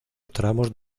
tramos